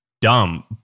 dumb